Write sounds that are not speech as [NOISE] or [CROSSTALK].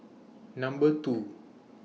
Number two [NOISE]